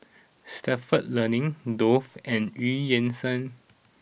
Stalford Learning Dove and Eu Yan Sang